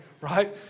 Right